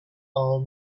all